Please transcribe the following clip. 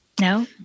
No